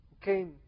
came